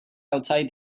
outside